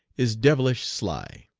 is devilish sly.